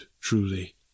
truly